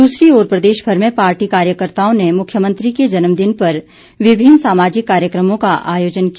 दूसरी ओर प्रदेशभर में पार्टी कार्यकर्ताओं ने मुख्यमंत्री के जेन्मदिन पर विभिन्न सामाजिक कार्यक्रमों का आयोजन किया